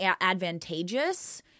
advantageous